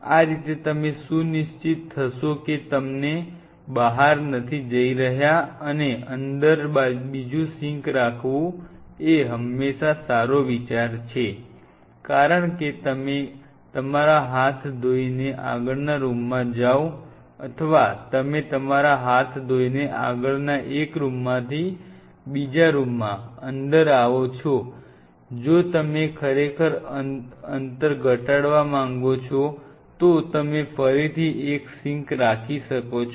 આ રીતે તમે સુનિશ્ચિત થશો કે તમે બહાર નથી જ ઈ રહ્યા અને અંદર બીજું સિંક રાખ વું એ હંમેશા સારો વિચાર છે કારણ કે તમે તમારા હાથ ધોઇને આગળના રૂમમાં જાઓ અથવા તમે તમારા હાથ ધોઇને આગલા એક રૂમમાંથી બીજામાં અંદર આવો છો જો તમે ખરેખર અંતર ઘટાડવા માંગો છો તો તમે ફરીથી એક સિંક રાખી શકો છો